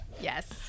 Yes